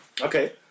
Okay